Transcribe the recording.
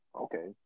Okay